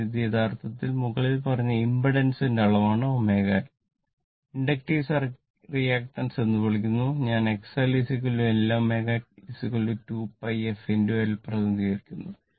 അതിനാൽ ഇത് യഥാർത്ഥത്തിൽ മുകളിൽ പറഞ്ഞ ഇമ്പിഡൻസ് ന്റെ അളവാണ് ω L ഇൻഡക്റ്റീവ് റിയാക്ടൻസ് എന്ന് വിളിക്കുന്നു ഞാൻ X L L ω 2πf L പ്രതിനിധീകരിക്കുന്നു